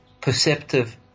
perceptive